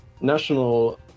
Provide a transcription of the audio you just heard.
national